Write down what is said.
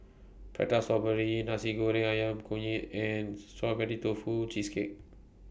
Prata Strawberry Nasi Goreng Ayam Kunyit and Strawberry Tofu Cheesecake